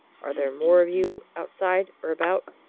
are there more of you outside or about?